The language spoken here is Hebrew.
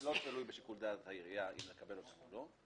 לא תלוי בשיקול דעת העירייה אם לקבל אותן או לא,